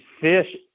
fish